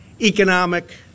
economic